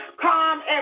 calm